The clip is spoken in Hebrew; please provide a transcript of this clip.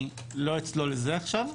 אני לא אצלול לזה עכשיו.